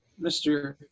Mr